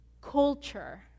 culture